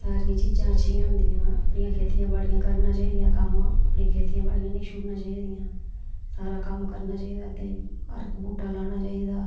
सारियां चीजां अच्छियां होंदियां अपनी खेतियां बाड़िया करना चाहिदियां कम्म अपनियां खेतियां बाड़ियां नेईं छुड्नियां चाहिदियां सारा कम्म करना चाहिदा एह्दे च हर इक बूह्टा लाना चाहिदा